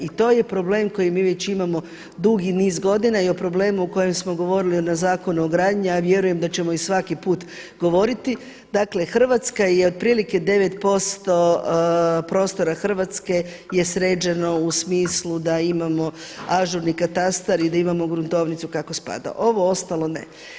I to je problem koji mi već imamo dugi niz godina i o problemu o kojem smo govorili na Zakonu o gradnji, a ja vjerujem da ćemo i svaki put govoriti, dakle Hrvatska je otprilike 9% prostora Hrvatske je sređeno u smislu da imamo ažurni katastar i da imamo gruntovnicu kako spada, ovo ostalo ne.